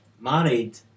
Married